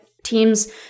Teams